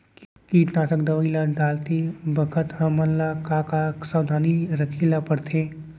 कीटनाशक दवई ल डालते बखत हमन ल का का सावधानी रखें ल पड़थे?